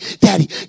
daddy